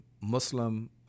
Muslim